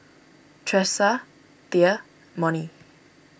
Tressa thea Monnie